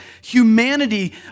humanity